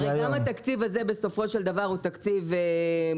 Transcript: הרי גם התקציב הזה בסופו של דבר הוא תקציב מוגבל,